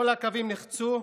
כל הקווים נחצו,